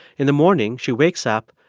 in the morning, she wakes up,